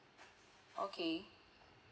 okay